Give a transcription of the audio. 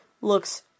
looks